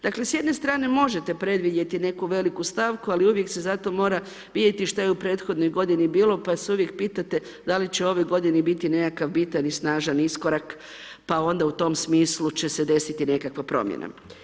Dakle, s jedne strane možete predvidjeti neku veliku stavku, ali uvijek se zato mora vidjeti što je u prethodnoj godini bilo, pa se uvijek pitate da li će u ovoj godini biti nekakav bitan i snažan iskorak, pa onda u tome smislu će se desiti nekakav promjena.